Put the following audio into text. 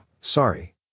Sorry